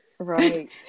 Right